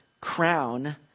crown